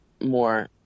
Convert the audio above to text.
more